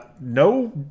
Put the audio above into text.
no